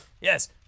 Yes